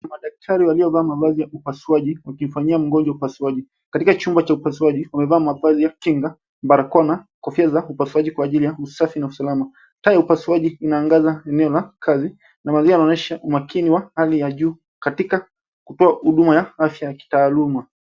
Madaktari waliovaa mavazi ya upasuaji wakimfanyia mgonjwa upasuaji. Katika chumba cha upasuaji wamevaa mavazi ya kinga, barakoa na kofia za upasuaji kwa ajili ya usafi na usalama. Taa ya upasuaji inaangaza eneo la kazi na mazingira yanaonyesha umakini wa hali ya juu katika kutoa huduma ya afya ya kitaaluma.